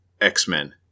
X-Men